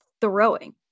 throwing